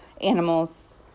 animals